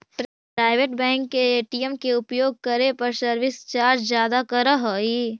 private bank के ATM के उपयोग करे पर सर्विस चार्ज ज्यादा करऽ हइ